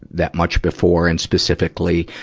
that much before. and specifically,